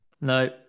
no